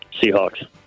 Seahawks